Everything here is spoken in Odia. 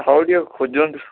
ହଉ ଟିକେ ଖୋଜନ୍ତୁ